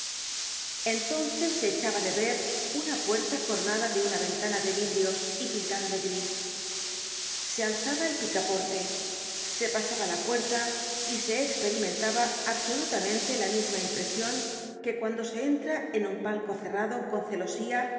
entonces se echaba de ver una puerta coronada de una ventana de vidrios y pintada de gris se alzaba el picaporte se pasaba la puerta y se esperimentaba absolutamente la misma impresion que cuando se entra en un palco cerrado con celosía